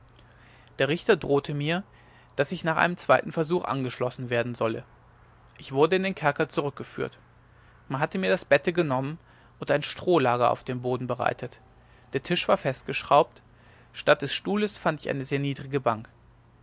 der richter drohte mir daß ich nach einem zweiten versuch angeschlossen werden solle ich wurde in den kerker zurückgeführt man hatte mir das bette genommen und ein strohlager auf dem boden bereitet der tisch war festgeschraubt statt des stuhles fand ich eine sehr niedrige bank